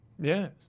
Yes